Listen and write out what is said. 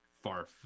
far